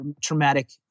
traumatic